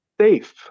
safe